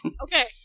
Okay